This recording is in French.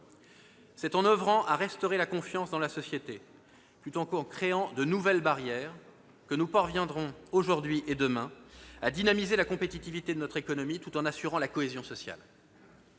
C'est en nous efforçant de restaurer la confiance dans la société, plutôt qu'en créant de nouvelles barrières, que nous parviendrons, aujourd'hui et demain, à dynamiser la compétitivité de notre économie, tout en assurant la cohésion sociale.